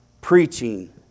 preaching